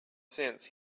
sense